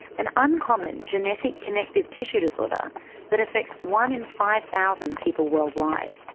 an uncommon genetic connective tissue disorder that affects one in five thousand people worldwide.